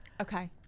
Okay